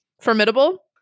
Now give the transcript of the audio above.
Formidable